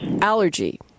Allergy